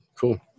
cool